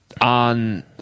on